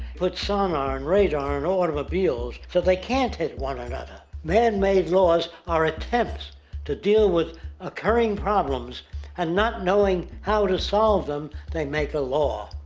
put sonar and radar on and automobiles so they can't hit one another. man-made laws are attempts to deal with occuring problems and not knowing how to solve them they make a law.